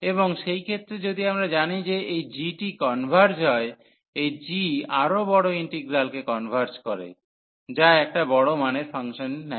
এবং সেই ক্ষেত্রে যদি আমরা জানি যে এই g টি কনভার্জ হয় এই g আরও বড় ইন্টিগ্রালকে কনভার্জ করে যা একটা বড় মানের ফাংশনটি নেয়